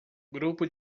grupo